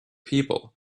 people